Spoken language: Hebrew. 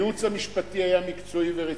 הייעוץ המשפטי היה מקצועי ורציני,